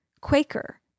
Quaker